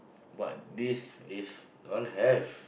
but this is don't have